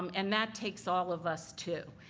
um and that takes all of us, too.